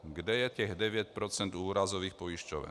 Kde je těch 9 % u úrazových pojišťoven?